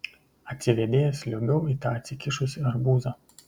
atsivėdėjęs liuobiau į tą atsikišusį arbūzą